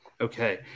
Okay